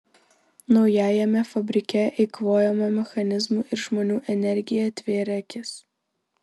naujajame fabrike eikvojama mechanizmų ir žmonių energija atvėrė akis